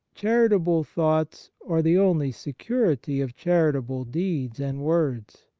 charitable thoughts are the only security of charitable deeds and words.